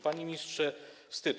Panie ministrze, wstyd.